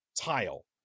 tile